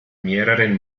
mehreren